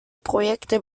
projekte